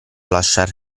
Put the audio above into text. lasciare